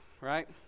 right